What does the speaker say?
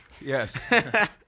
yes